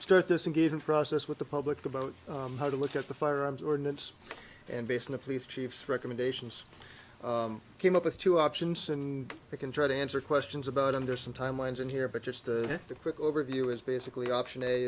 start this and given process with the public about how to look at the firearms ordinance and based on the police chief's recommendations came up with two options and you can try to answer questions about under some timelines and here but just the quick overview is basically option